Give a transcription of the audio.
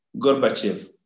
Gorbachev